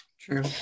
True